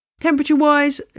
Temperature-wise